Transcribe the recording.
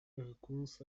raccoons